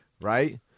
right